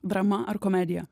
drama ar komedija